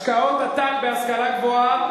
השקעות עתק בהשכלה גבוהה,